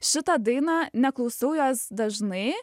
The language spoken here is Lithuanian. šitą dainą neklausau jos dažnai